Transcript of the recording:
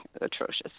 atrocious